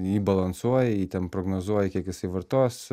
jį balansuoji jį ten prognozuoji kiek jisai vartos